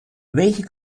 welche